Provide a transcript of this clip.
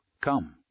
Come